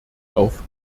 auf